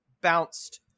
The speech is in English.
bounced